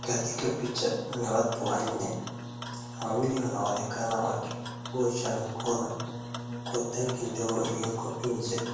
Katika picha ni watu wanne. Wawili anaonekana wakiosha mikono kwa tanki ndogo iliyoko nje